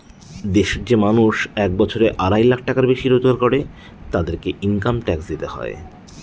দেশের যে মানুষ এক বছরে আড়াই লাখ টাকার বেশি রোজগার করে, তাদেরকে ইনকাম ট্যাক্স দিতে হয়